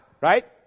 right